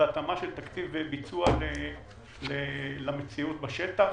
והתאמה של תקציב ביצוע למציאות בשטח.